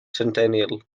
centennial